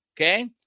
Okay